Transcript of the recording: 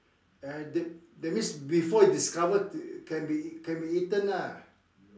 and then that means before you discovered can be can be eaten lah